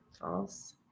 false